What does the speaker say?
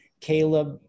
Caleb